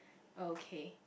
okay